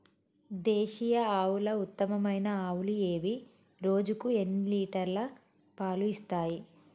దేశీయ ఆవుల ఉత్తమమైన ఆవులు ఏవి? రోజుకు ఎన్ని లీటర్ల పాలు ఇస్తాయి?